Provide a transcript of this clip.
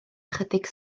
ychydig